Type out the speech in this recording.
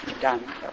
done